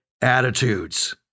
attitudes